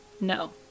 No